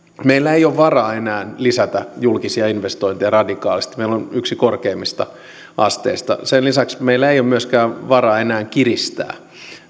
meillä ei ole varaa enää lisätä julkisia investointeja radikaalisti meillä on yksi korkeimmista asteista sen lisäksi meillä ei ole myöskään varaa enää kiristää